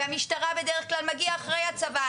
והמשטרה בדרך כלל מגיעה אחרי הצבא.